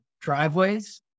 driveways